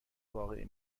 واقع